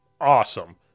Awesome